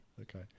Okay